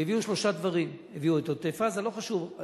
הביאו שלושה דברים: הביאו את עוטף-עזה, לא חשוב.